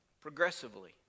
progressively